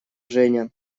женя